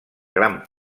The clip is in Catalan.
gran